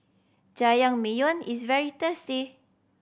jajangmyeon is very tasty